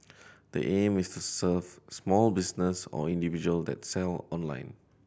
the aim is to serve small business or individual that sell online